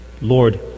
Lord